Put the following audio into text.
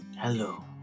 Hello